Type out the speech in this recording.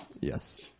Yes